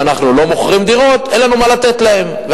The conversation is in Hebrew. אם אנחנו לא מוכרים דירות אין לנו מה לתת להם,